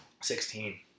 Sixteen